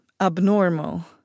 abnormal